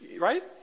Right